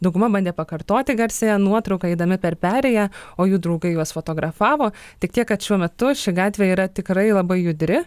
dauguma bandė pakartoti garsiąją nuotrauką eidami per perėją o jų draugai juos fotografavo tik tiek kad šiuo metu ši gatvė yra tikrai labai judri